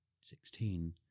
Sixteen